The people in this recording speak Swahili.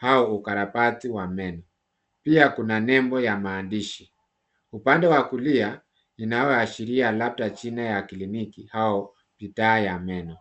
au ukarabati wa meno. Pia kuna nembo ya maandishi upande wa kulia inaoashiria jina ya kliniki au bidhaa ya meno.